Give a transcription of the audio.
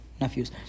nephews